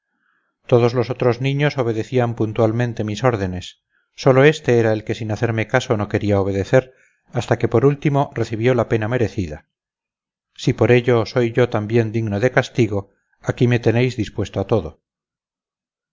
todos lo otros niños obedecían puntualmente mis órdenes solo éste era el que sin hacerme caso no quería obedecer hasta que por último recibió la pena merecida si por ello soy yo también digno de castigo aquí me tenéis dispuesto a todo